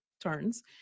turns